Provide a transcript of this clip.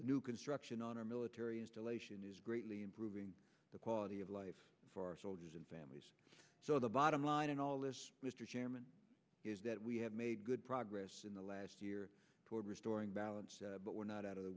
new construction on our military installation is greatly improving the quality of life for our soldiers and families so the bottom line in all this mr chairman is that we have made good progress in the last year toward restoring balance but we're not out of the